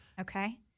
Okay